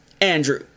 Andrew